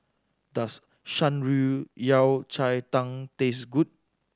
does Shan Rui Yao Cai Tang taste good